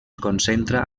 concentra